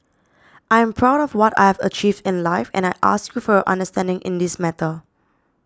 I am proud of what I have achieved in life and I ask you for your understanding in this matter